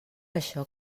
això